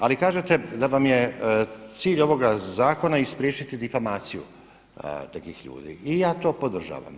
Ali kažete da vam je cilj ovoga zakona spriječiti difamaciju nekih ljudi i ja to podržavam.